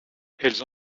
elles